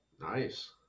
nice